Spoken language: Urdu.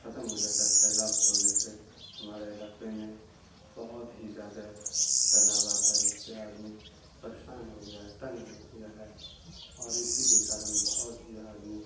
ختم ہو جاتا ہے سیلاب کی وجہ سے ہمارے علاقے میں بہت ہی زیادہ سیلاب آتا ہے جس سے آدمی پریشان ہو گیا ہے تنگ ہو گیا ہے اور اسی کے کارن بہت ہی آدمی